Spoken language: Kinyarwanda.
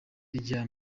rya